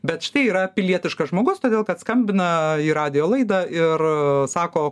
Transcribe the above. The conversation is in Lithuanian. bet štai yra pilietiškas žmogus todėl kad skambina į radijo laidą ir sako